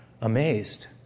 amazed